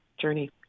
journey